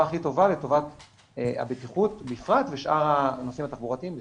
הכי טובה לטובת הבטיחות בפרט ושאר נושאים תחבורתיים בכלל.